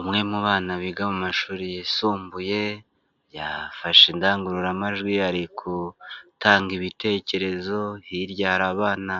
Umwe mu bana biga mu mashuri yisumbuye, yafashe indangururamajwi ari gutanga ibitekerezo, hirya hari abana